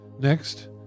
Next